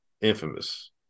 Infamous